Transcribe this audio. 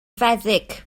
feddyg